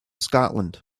scotland